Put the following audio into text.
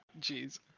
Jeez